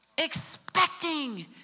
expecting